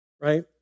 right